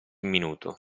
minuto